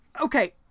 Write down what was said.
Okay